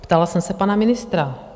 Ptala jsem se pana ministra.